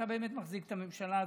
אתה באמת מחזיק את הממשלה הזאת.